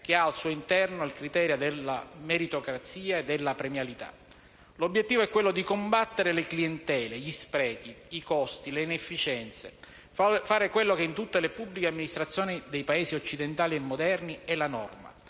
che ha al suo interno il criterio della meritocrazia e della premialità. L'obiettivo è quello di combattere le clientele, gli sprechi, i costi, le inefficienze, fare quello che in tutte le pubbliche amministrazioni dei Paesi occidentali e moderni è la norma.